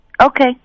Okay